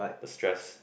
the stress